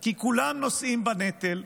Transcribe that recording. כי כולם נושאים בנטל,